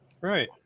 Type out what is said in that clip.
Right